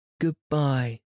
Goodbye